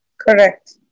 Correct